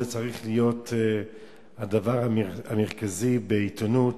צריך להיות הדבר המרכזי בעיתונות.